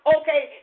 okay